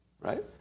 Right